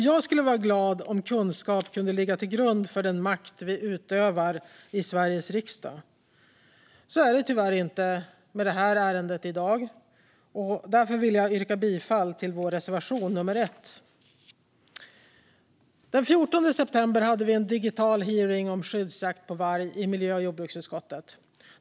Jag skulle vara glad om kunskap kunde ligga till grund för den makt vi utövar i Sveriges riksdag. Så är det tyvärr inte med det här ärendet i dag. Därför vill jag yrka bifall till vår reservation nr 1. Den 14 september hade vi i miljö och jordbruksutskottet en digital hearing om skyddsjakt på varg.